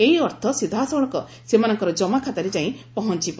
ଏହି ଅର୍ଥ ସିଧାସଳଖ ସେମାନଙ୍କର ଜମାଖାତାରେ ଯାଇ ପହଞ୍ଚବ